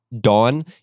Dawn